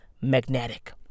magnetic